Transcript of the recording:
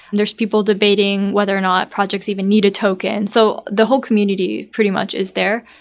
there's people debating whether or not projects even need a token. so the whole community pretty much is there.